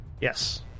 Yes